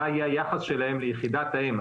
מה יהיה היחס שלהם ליחידת האם.